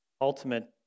ultimate